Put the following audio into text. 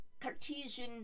Cartesian